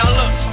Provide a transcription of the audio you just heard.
look